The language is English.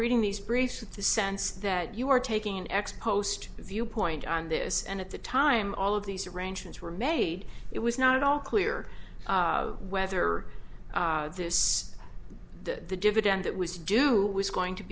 reading these briefs in the sense that you were taking an ex post viewpoint on this and at the time all of these arrangements were made it was not at all clear whether this the dividend that was due was going to